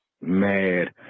mad